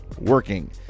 working